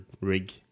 rig